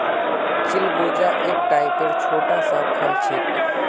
चिलगोजा एक टाइपेर छोटा सा फल छिके